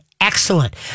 excellent